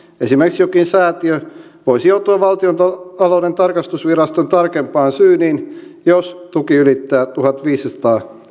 esimerkiksi jokin säätiö voisi joutua valtiontalouden tarkastusviraston tarkempaan syyniin jos tuki ylittää tuhatviisisataa